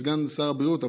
סגן שר הבריאות,